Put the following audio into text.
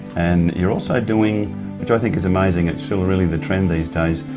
and you're also doing which i think is amazing, it's so really the trend these days,